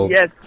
Yes